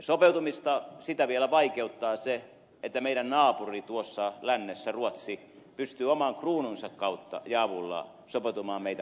sopeutumista vielä vaikeuttaa se että meidän naapurimme tuossa lännessä ruotsi pystyy oman kruununsa kautta ja avulla sopeutumaan meitä paremmin